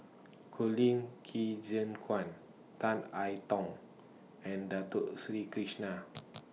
Colin Qi Zhe Quan Tan I Tong and Dato Sri Krishna